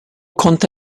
konnte